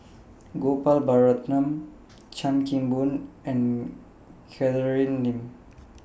Gopal Baratham Chan Kim Boon and Catherine Lim